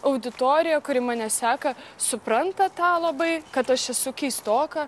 auditorija kuri mane seka supranta tą labai kad aš esu keistoka